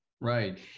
Right